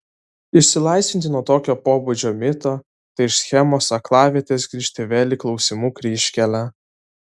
išsilaisvinti nuo tokio pobūdžio mito tai iš schemos aklavietės grįžti vėl į klausimų kryžkelę